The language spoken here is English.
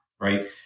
right